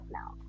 now